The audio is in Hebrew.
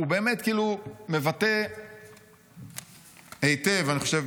הוא באמת מבטא היטב, אני חושב,